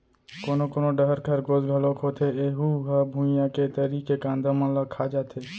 कोनो कोनो डहर खरगोस घलोक होथे ऐहूँ ह भुइंया के तरी के कांदा मन ल खा जाथे